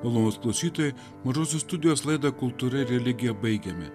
malonūs klausytojai mažosios studijos laidą kultūra ir religija baigiame